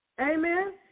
Amen